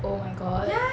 oh my god